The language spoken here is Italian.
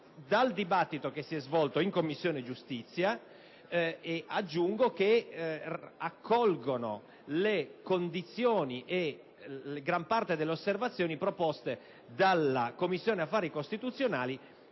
dal dibattito che si è svolto in Commissione giustizia; aggiungo che accolgono le condizioni e gran parte delle osservazioni prospettate dalla Commissione affari costituzionali